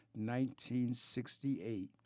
1968